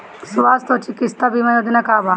स्वस्थ और चिकित्सा बीमा योजना का बा?